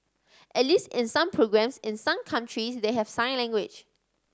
at least in some programmes in some countries they have sign language